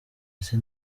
ese